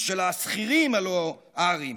של השכירים הלא-ארים,